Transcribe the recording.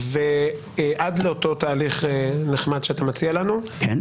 ועד לאותו תהליך נחמד שאתה מציע לנו -- כן.